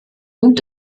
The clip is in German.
und